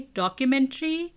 documentary